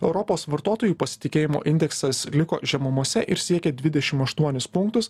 europos vartotojų pasitikėjimo indeksas liko žemumose ir siekė dvidešim aštuonis punktus